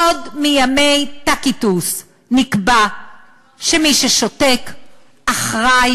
עוד מימי טקיטוס נקבע שמי ששותק אחראי